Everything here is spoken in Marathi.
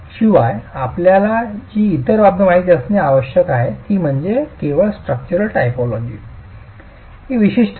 शिवाय आपल्याला जी इतर बाबी माहित असणे आवश्यक आहेत ती म्हणजे केवळ स्ट्रक्चरल टायपोलॉजी विशिष्ट नाही